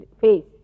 face